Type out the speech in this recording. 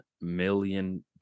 million